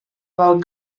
del